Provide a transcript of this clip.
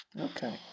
Okay